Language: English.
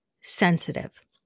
sensitive